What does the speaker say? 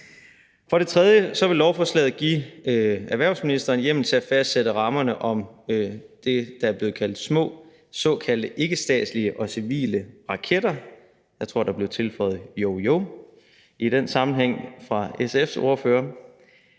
For det tredje vil lovforslaget give erhvervsministeren hjemmel til at fastsætte rammerne om det, der er blevet kaldt små såkaldte ikkestatslige og civile raketter. Jeg tror, der i den sammenhæng blev tilføjet et »jo, jo« fra SF's ordførers